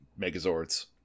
megazords